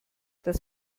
das